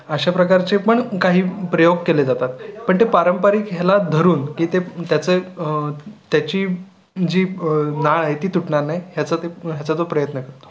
अशा प्रकारचे पण काही प्रयोग केले जातात पण ते पारंपरिक ह्याला धरून की ते त्याचे त्याची जी नाळ आहे ती तुटणार नाही ह्याचा ते ह्याचा जो प्रयत्न करतो